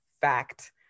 fact